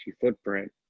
footprint